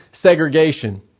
segregation